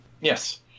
Yes